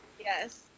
Yes